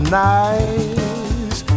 nice